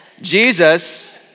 Jesus